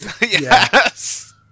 yes